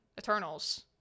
Eternals